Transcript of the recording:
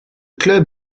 club